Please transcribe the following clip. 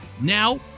Now